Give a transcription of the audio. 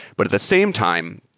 but at the same time,